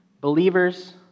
believers